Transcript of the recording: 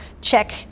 check